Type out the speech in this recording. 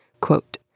Quote